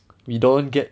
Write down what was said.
we don't get